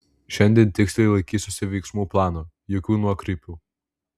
šiandien tiksliai laikysiuosi veiksmų plano jokių nuokrypių